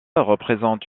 représente